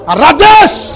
Arades